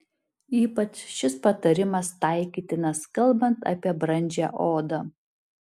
ypač šis patarimas taikytinas kalbant apie brandžią odą